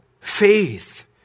Faith